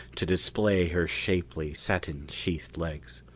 to display her shapely, satin-sheathed legs.